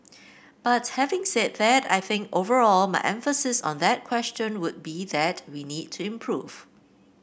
but having said that I think overall my emphasis on that question would be that we need to improve